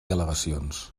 al·legacions